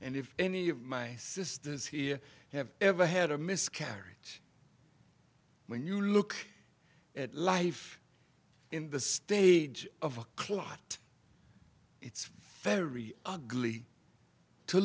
and if any of my sisters here have ever had a miscarriage when you look at life in the stage of a clot it's very ugly to